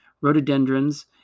rhododendrons